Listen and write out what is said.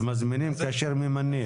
מזמינים כאשר ממנים.